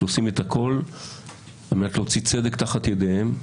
שעושים את הכול על מנת להוציא צדק תחת ידם.